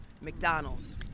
McDonald's